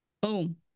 boom